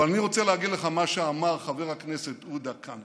אבל אני רוצה להגיד לך מה שאמר חבר הכנסת עודה כאן,